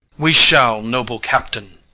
we shall, noble captain.